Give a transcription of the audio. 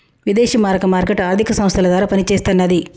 విదేశీ మారక మార్కెట్ ఆర్థిక సంస్థల ద్వారా పనిచేస్తన్నది